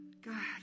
God